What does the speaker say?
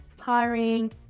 hiring